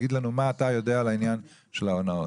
תגיד לנו מה אתה יודע על העניין של ההונאות.